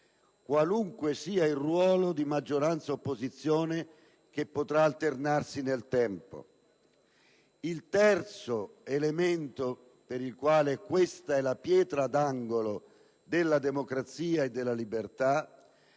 qualunque sia il ruolo di maggioranza e opposizione che potrà alternarsi nel tempo; il terzo elemento per il quale questa è la pietra d'angolo della democrazia e della libertà